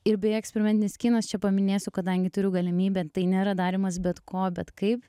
ir beje eksperimentinis kinas čia paminėsiu kadangi turiu galimybę tai nėra darymas bet ko bet kaip